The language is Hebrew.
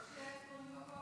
יש כאלה,